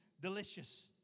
delicious